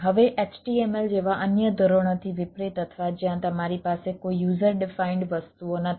હવે HTML જેવા અન્ય ધોરણોથી વિપરીત અથવા જ્યાં તમારી પાસે કોઈ યુઝર ડિફાઈન્ડ વસ્તુઓ નથી